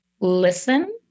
Listen